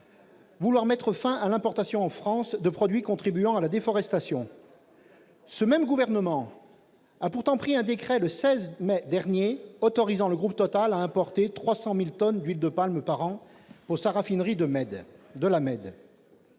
vouloir mettre fin à l'importation en France de produits contribuant à la déforestation. Le même gouvernement a pourtant pris un décret le 16 mai dernier autorisant le groupe Total à importer 300 000 tonnes d'huile de palme par an pour sa raffinerie de La Mède.